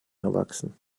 erwachsen